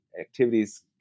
activities